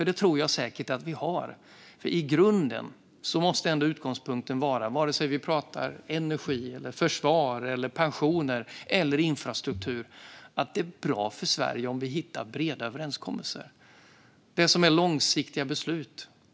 Det tror jag säkert att vi har, för utgångspunkten vare sig vi pratar energi, försvar, pensioner eller infrastruktur måste vara att det är bra för Sverige om vi hittar breda överenskommelser om det som är långsiktiga beslut.